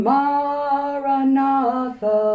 Maranatha